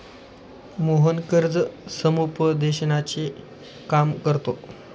मोहन कर्ज समुपदेशनाचे काम करतो